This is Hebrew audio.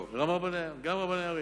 כן, גם רבני ערים.